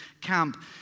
camp